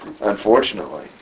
unfortunately